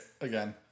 again